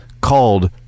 called